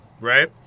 right